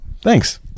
Thanks